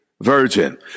virgin